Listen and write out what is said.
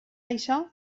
això